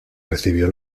recibió